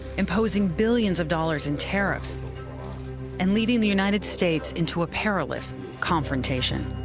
imposing billions of dollars in tariffs and leading the united states into a perilous confrontation.